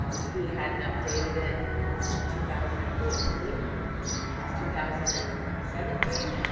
um he hadn't updated it it since two thousand and fourteen, and it's two thousand and seventeen,